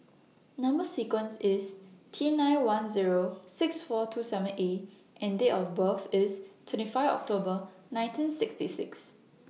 Number sequence IS T nine one Zero six four two seven A and Date of birth IS twenty five October nineteen sixty six